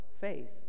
faith